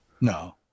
No